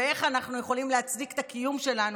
ואיך אנחנו יכולים להצדיק את הקיום שלנו,